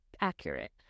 accurate